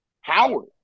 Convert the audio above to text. Howard